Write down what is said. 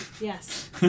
Yes